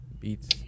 beats